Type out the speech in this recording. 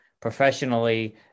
professionally